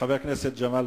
חבר הכנסת ג'מאל